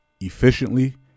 efficiently